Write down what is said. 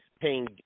paying